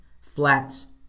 flats